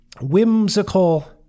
whimsical